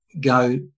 go